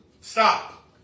Stop